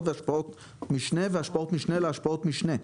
והשפעות משנה והשפעות משנה להשפעות משנה.